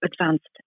advanced